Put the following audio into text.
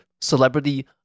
celebrity